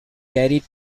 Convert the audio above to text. carried